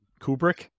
Kubrick